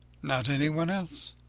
not anyone else.